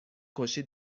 کشی